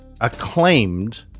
acclaimed